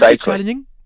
challenging